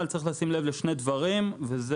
אבל צריך לשים לב לשני דברים וצריך